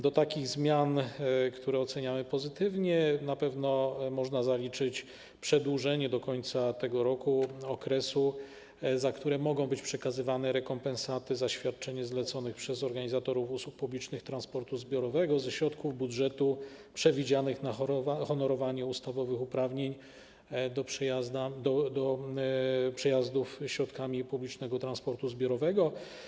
Do takich zmian, które oceniamy pozytywnie, na pewno można zaliczyć przedłużenie do końca tego roku okresu, za który mogą być przekazywane rekompensaty za świadczenie zleconych przez organizatorów usług publicznego transportu zbiorowego ze środków budżetu państwa przewidzianych na honorowanie ustawowych uprawnień do przejazdów środkami publicznego transportu zbiorowego.